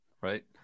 right